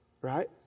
right